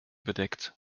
bedeckt